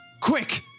Quick